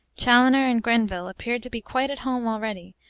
chaloner and grenville appeared to be quite at home already,